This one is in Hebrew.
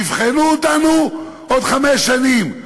יבחנו אותנו עוד חמש שנים.